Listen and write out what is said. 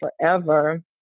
forever